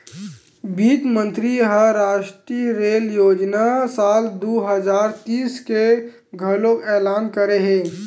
बित्त मंतरी ह रास्टीय रेल योजना साल दू हजार तीस के घलोक एलान करे हे